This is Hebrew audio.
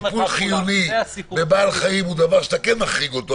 שטיפול חיוני בבעל חיים זה דבר שאתה כן מחריג אותו,